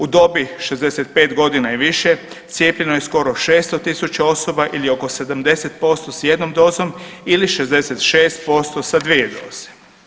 U dobi 65 godina i više cijepljeno je skoro 600.000 osoba ili oko 70% s jednom dozom ili 66% sa 2 doze.